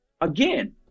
again